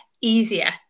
easier